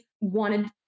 wanted